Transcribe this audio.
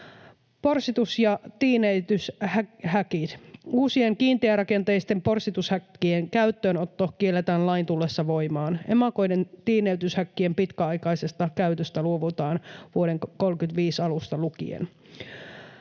Porsitus- ja tiineytyshäkit: Uusien kiinteärakenteisten porsitushäkkien käyttöönotto kielletään lain tullessa voimaan. Emakoiden tiineytyshäkkien pitkäaikaisesta käytöstä luovutaan vuoden 35 alusta lukien.